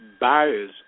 buyers